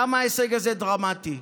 למה ההישג הזה דרמטי?